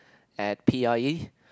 at p_i_e